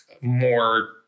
more